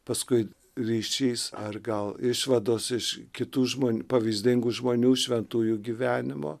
paskui ryšys ar gal išvados iš kitų žmon pavyzdingų žmonių šventųjų gyvenimo